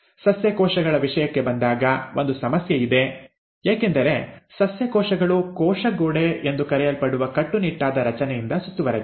ಸಸ್ಯ ಕೋಶಗಳ ವಿಷಯಕ್ಕೆ ಬಂದಾಗ ಒಂದು ಸಮಸ್ಯೆ ಇದೆ ಏಕೆಂದರೆ ಸಸ್ಯ ಕೋಶಗಳು ಕೋಶ ಗೋಡೆ ಎಂದು ಕರೆಯಲ್ಪಡುವ ಕಟ್ಟುನಿಟ್ಟಾದ ರಚನೆಯಿಂದ ಸುತ್ತುವರೆದಿವೆ